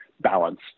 balance